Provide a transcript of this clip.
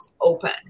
open